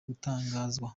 gutangazwa